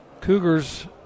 Cougars